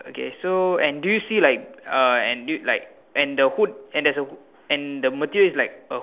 okay so and do you see see like uh and do you and the hood and there's a and the material is like a hood a hood